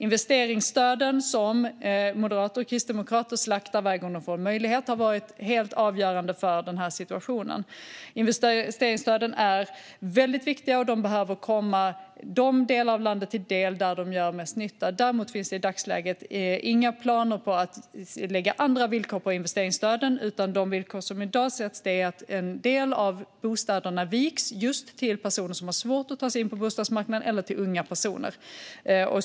Investeringsstöden, som moderater och kristdemokrater slaktar varje gång de får möjlighet, har varit helt avgörande för den här situationen. Investeringsstöden är väldigt viktiga, och de behöver komma de delar av landet till del där de gör mest nytta. Däremot finns i dagsläget inga planer på att ställa andra villkor för investeringsstöden. De villkor som i dag ställs är att en del av bostäderna viks just till personer som har svårt att ta sig in på bostadsmarknaden eller till unga personer.